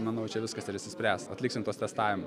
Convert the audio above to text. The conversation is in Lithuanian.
manau čia viskas ir išsispręs atliksim tuos testavimus